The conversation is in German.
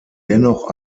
dennoch